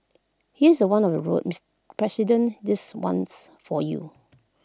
here's one of the road Mister president this one's for you